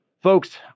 Folks